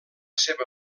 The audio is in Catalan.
seva